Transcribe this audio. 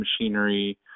machinery